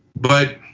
but